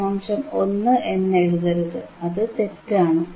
1 എന്ന് എഴുതരുത് അതു തെറ്റാണ്